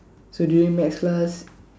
so during maths class